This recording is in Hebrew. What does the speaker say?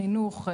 חינוך,